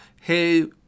Hey